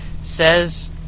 says